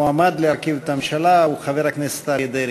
המועמד להרכיב את הממשלה הוא חבר הכנסת אריה דרעי.